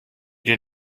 did